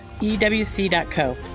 EWC.co